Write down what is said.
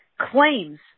claims